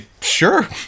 Sure